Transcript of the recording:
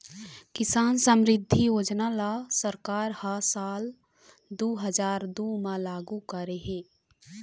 किसान समरिद्धि योजना ल सरकार ह साल दू हजार दू म लागू करे हे